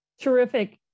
Terrific